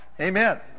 Amen